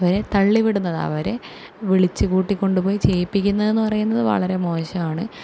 അവരെ തള്ളി വിടുന്നത് അവരെ വിളിച്ച് കൂട്ടിക്കൊണ്ട് പോയി ചെയ്യിപ്പിക്കുന്നതെന്നു പറയുന്നത് വളരെ മോശമാണ്